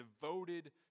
devoted